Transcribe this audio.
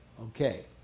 Okay